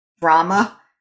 drama